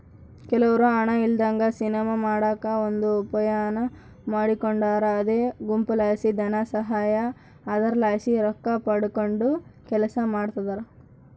ಕೆಲವ್ರು ಹಣ ಇಲ್ಲದಂಗ ಸಿನಿಮಾ ಮಾಡಕ ಒಂದು ಉಪಾಯಾನ ಮಾಡಿಕೊಂಡಾರ ಅದೇ ಗುಂಪುಲಾಸಿ ಧನಸಹಾಯ, ಅದರಲಾಸಿ ರೊಕ್ಕಪಡಕಂಡು ಕೆಲಸ ಮಾಡ್ತದರ